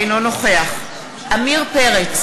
אינו נוכח עמיר פרץ,